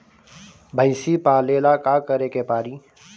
भइसी पालेला का करे के पारी?